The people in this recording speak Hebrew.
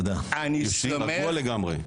ישנים רגוע לגמרי.